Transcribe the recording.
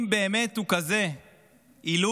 אם באמת הוא כזה עילוי,